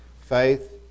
faith